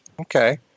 Okay